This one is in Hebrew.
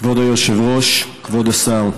כבוד היושב-ראש, כבוד השר,